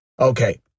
Okay